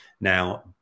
Now